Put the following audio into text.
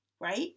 right